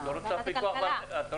את לא רוצה פיקוח פרלמנטרי?